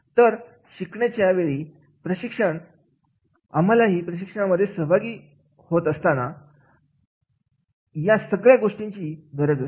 तर शिकण्याच्या वेळी प्रशिक्षण आम्हालाही प्रशिक्षणामध्ये सहभागी होत असताना या सगळ्या गोष्टींची ची गरज असते